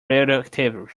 radioactive